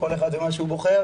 כל אחד ומה שהוא בוחר,